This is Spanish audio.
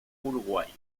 uruguay